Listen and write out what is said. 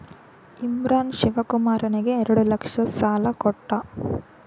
ಇಮ್ರಾನ್ ಶಿವಕುಮಾರನಿಗೆ ಎರಡು ಲಕ್ಷ ಸಾಲ ಕೊಟ್ಟ